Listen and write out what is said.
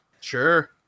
Sure